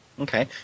Okay